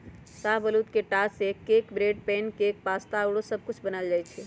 शाहबलूत के टा से cake, bread, pancake, pasta आउरो सब कुछ बनायल जाइ छइ